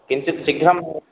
किञ्चित् शीघ्रं